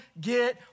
get